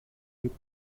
would